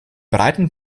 breiten